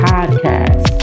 Podcast